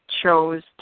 chose